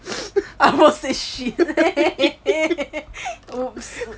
I almost say shit